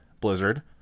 Blizzard